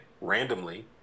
randomly